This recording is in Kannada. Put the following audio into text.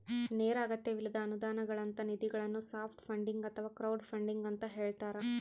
ನೇರ ಅಗತ್ಯವಿಲ್ಲದ ಅನುದಾನಗಳಂತ ನಿಧಿಗಳನ್ನು ಸಾಫ್ಟ್ ಫಂಡಿಂಗ್ ಅಥವಾ ಕ್ರೌಡ್ಫಂಡಿಂಗ ಅಂತ ಹೇಳ್ತಾರ